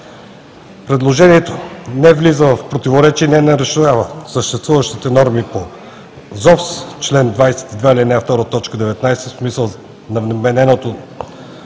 Предложението не влиза в противоречие и не нарушава съществуващите норми по ЗОВС в чл. 22, ал. 2, т. 19 в смисъл на вмененото